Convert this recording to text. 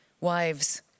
wives